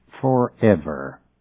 forever